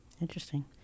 Interesting